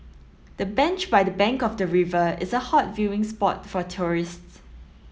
the bench by the bank of the river is a hot viewing spot for tourists